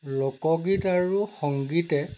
লোকগীত আৰু সংগীতে